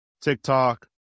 TikTok